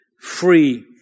free